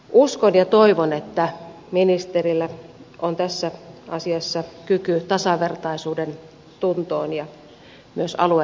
uskon ja toivon että ministerillä on tässä asiassa kyky tasavertaisuuden tuntoon ja myös alueelliseen näkemykseen